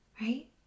right